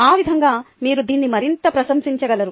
ఆ విధంగా మీరు దీన్ని మరింత ప్రశంసించగలరు